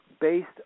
based